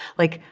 like,